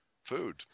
food